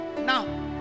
Now